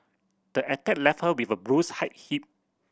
the attack left her with a bruised height hip